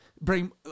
bring